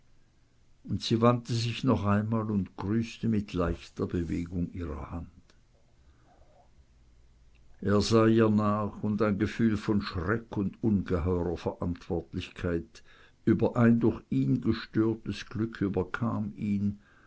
und sie wandte sich noch einmal und grüßte mit leichter bewegung ihrer hand er sah ihr nach und ein gefühl von schreck und ungeheurer verantwortlichkeit über ein durch ihn gestörtes glück überkam ihn